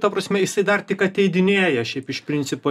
ta prasme jisai dar tik ateidinėja šiaip iš principo